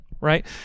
right